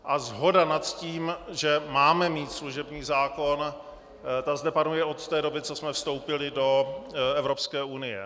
A shoda nad tím, že máme mít služební zákon, zde panuje od té doby, co jsme vstoupili do Evropské unie.